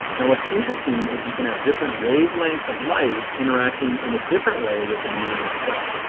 now what is interesting is you can have different wavelengths of light interacting in a different way with the medium itself.